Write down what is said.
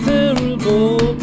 Terrible